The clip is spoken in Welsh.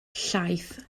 llaeth